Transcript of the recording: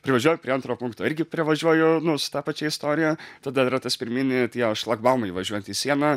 privažiuoju prie antro punkto irgi privažiuoju nu su ta pačia istorija tada yra tas pirminiai tie šlagbaumai įvažiuojant į sieną